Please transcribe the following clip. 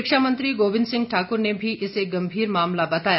शिक्षा मंत्री गोबिंद सिंह ठाक्र ने भी इसे गंभीर मामला बताया